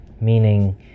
meaning